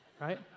right